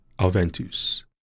Alventus